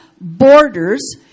borders